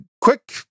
quick